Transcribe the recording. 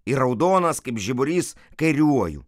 ir raudonas kaip žiburys kairiuoju